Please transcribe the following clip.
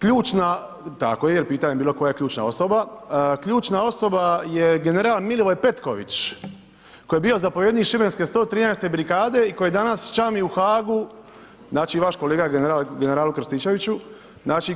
Ključna, tako je, pitanje je bilo koja je ključna osoba, ključna osoba je general Milivoj Petković, koji je bio zapovjednik šibenske 113. brigade i koji danas čami u Haagu, znači vaš kolega generale Krstičeviću,